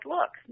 Look